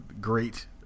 great